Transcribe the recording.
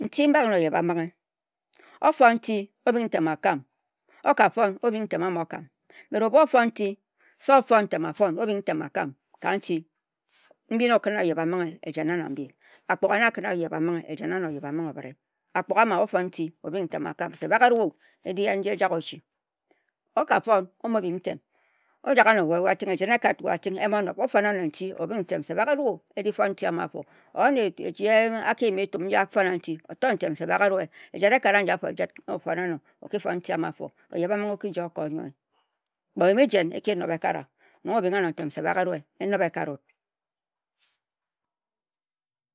Nti mbak na oyeba-mbinghe. Ofon nti, obing ntem akam. Oka-fon, obing ntem, a-mo-kim se ofon nti, obing ntem akam. Ka nti na nkara wut oyeba-mbinghe, mma na-a-ka-ra wut oyeba-mbinghe. Akpok-gha-ama-ofo nti, obing ntem akam se bak eru-we-o, eji-en nji ejak ochi. Oka-fon, o-mo bing ntem. Ojak ano we-we-ating, ejen ating, emonob. Ofon-na-no nti, obing ntem se bak eruwe-o. Aki yim etum nji ehfama nti, oto-ntem se eru-we-o. Aki yim etum nji ehfama nti, oto-ntem se eru-we-ona ejen a-kat a-ji na ebak-na oyeba-mbinghe. Kpe oyime-jen, e-ki nob eka-ri-wa, enob-eka-ri ye.